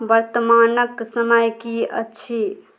वर्तमानक समय कि अछि